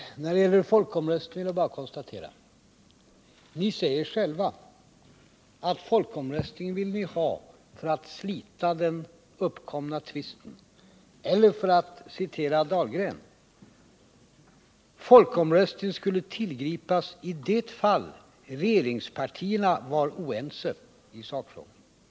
Herr talman! När det gäller folkomröstning är det bara att konstatera faktum. Ni säger själva att ni ville ha folkomröstning för att slita den uppkomna tvisten. Eller för att använda Anders Dahlgrens ord: Folkomröstning skulle tillgripas i det fall regeringspartierna var oense i sakfrågan.